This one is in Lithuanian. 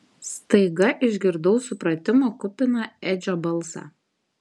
staiga išgirdau supratimo kupiną edžio balsą